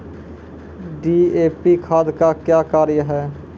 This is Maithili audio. डी.ए.पी खाद का क्या कार्य हैं?